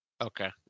Okay